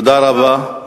תודה רבה.